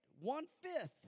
One-fifth